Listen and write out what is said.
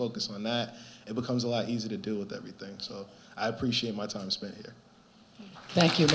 focus on that it becomes a lot easier to do with everything so i appreciate my time spent here thank you